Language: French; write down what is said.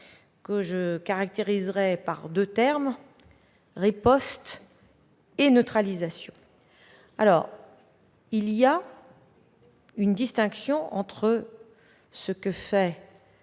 que je caractériserai par deux termes : riposte et neutralisation. Il y a une distinction entre ce que fait